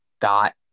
Dot